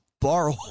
borrow